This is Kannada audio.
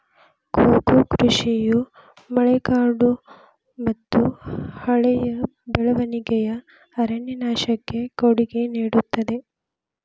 ಕೋಕೋ ಕೃಷಿಯು ಮಳೆಕಾಡುಮತ್ತುಹಳೆಯ ಬೆಳವಣಿಗೆಯ ಅರಣ್ಯನಾಶಕ್ಕೆ ಕೊಡುಗೆ ನೇಡುತ್ತದೆ